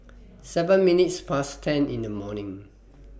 seven minutes Past ten in The morning